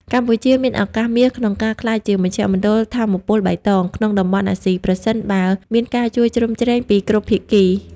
កម្ពុជាមានឱកាសមាសក្នុងការក្លាយជា "មជ្ឈមណ្ឌលថាមពលបៃតង" ក្នុងតំបន់អាស៊ី ប្រសិនបើមានការជួយជ្រោមជ្រែងពីគ្រប់ភាគី។